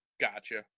Gotcha